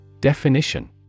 Definition